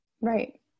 Right